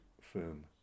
firm